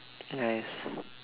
nice